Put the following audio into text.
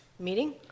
meeting